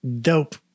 dope